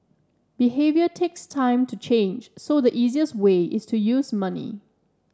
behaviour takes time to change so the easiest way is to use money